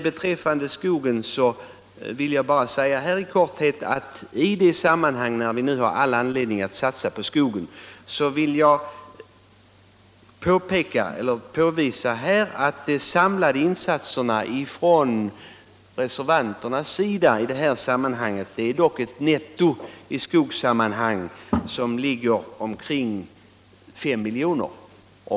Beträffande skogsfrågorna: När vi nu har all anledning att satsa på skogen så vill jag påvisa att de samlade insatserna från reservanternas sida dock ger ett netto på omkring 4 miljoner.